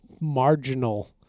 marginal